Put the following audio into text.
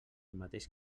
mateix